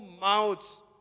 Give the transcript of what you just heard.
mouths